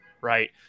Right